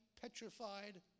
petrified